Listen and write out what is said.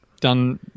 Done